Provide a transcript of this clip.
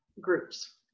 groups